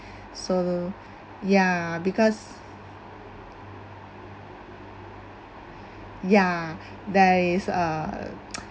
so ya because ya there is a